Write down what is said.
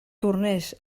tornés